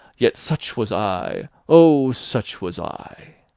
yet such was i! oh! such was i!